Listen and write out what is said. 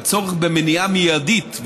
הצורך במניעה מיידית,